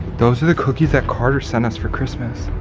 those are the cookies that carter sent us for christmas.